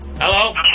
Hello